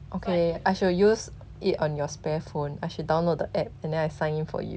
okay I shall use it on your spare phone I should download the app and then I sign in for you